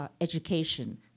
Education